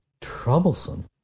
troublesome